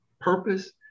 purpose